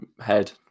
head